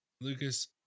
Lucas